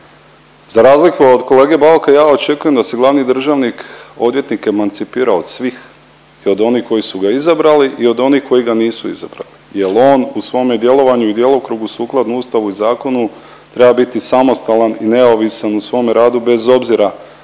Za razliku od kolege Bauka ja očekujem da se glavni državni odvjetnik emancipira od svih i od onih koji su ga izabrali i od onih koji ga nisu izabrali jel on u svome djelovanju i djelokrugu sukladno Ustavu i zakonu treba biti samostalan i neovisan u svome radu bez obzira